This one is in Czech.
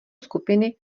skupiny